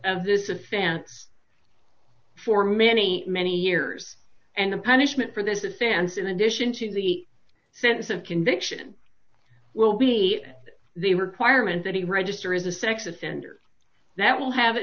of this offense for many many years and the punishment for this a stance in addition to the sense of conviction will be the requirement that he register as a sex offender that will have a